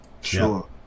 Sure